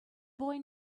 boy